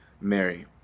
Mary